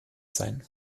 sein